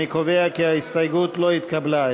אני קובע כי ההסתייגות לא התקבלה.